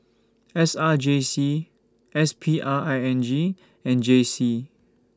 S R J C S P R I N G and J C